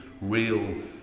Real